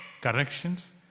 corrections